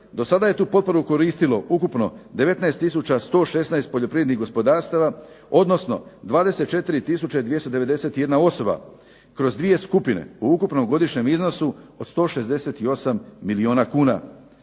Do sada je tu potporu koristilo ukupno 19116 poljoprivrednih gospodarstava, odnosno 24291 osoba kroz dvije skupine u ukupnom godišnjem iznosu od 168 milijuna kuna.